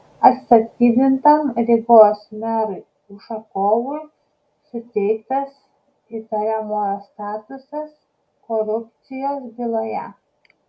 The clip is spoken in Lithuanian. atstatydintam rygos merui ušakovui suteiktas įtariamojo statusas korupcijos byloje